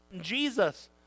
Jesus